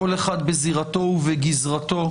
כל אחד בזירתו ובגזרתו,